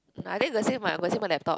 are they the same [what] the same on laptop